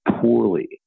poorly